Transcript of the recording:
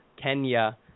Kenya